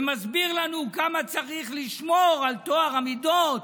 ומסביר לנו כמה צריך לשמור על טוהר המידות,